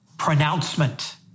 pronouncement